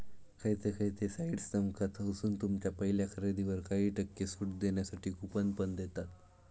खयचे खयचे साइट्स तुमका थयसून तुमच्या पहिल्या खरेदीवर काही टक्के सूट देऊसाठी कूपन पण देतत